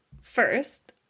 first